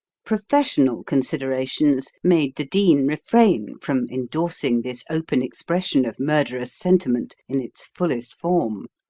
professional considerations made the dean refrain from endorsing this open expression of murderous sentiment in its fullest form